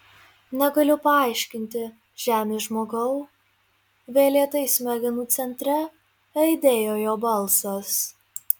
negaliu paaiškinti žemės žmogau vėl lėtai smegenų centre aidėjo jo balsas